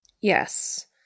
Yes